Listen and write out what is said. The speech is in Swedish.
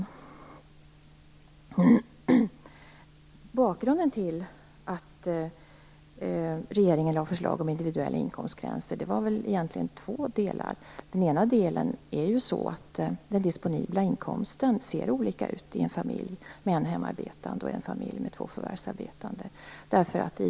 Vad gäller bakgrunden till att regeringen lade fram förslag om individuella inkomstgränser finns det väl egentligen två delar. Den ena är att den disponibla inkomsten ser olika ut i en familj med en hemarbetande förälder och en familj med två förvärvsarbetande föräldrar.